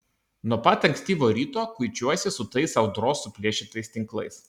nuo pat ankstyvo ryto kuičiuosi su tais audros suplėšytais tinklais